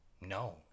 No